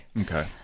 Okay